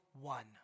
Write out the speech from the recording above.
one